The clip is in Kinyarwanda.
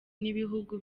n’ibihugu